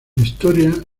historia